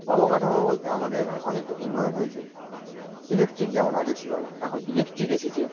অবকাঠামো বলতে আমাদের এখানে অনেকটা উন্নয়ন হয়েছে ইলেকট্রিক যেমন আগে ছিল না এখন ইলেকট্রিক এসেছে